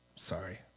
sorry